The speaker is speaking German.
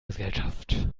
gesellschaft